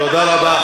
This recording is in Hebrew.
תודה רבה.